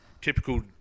typical